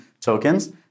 tokens